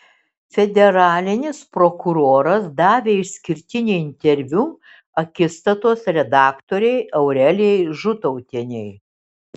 federalinis prokuroras davė išskirtinį interviu akistatos redaktorei aurelijai žutautienei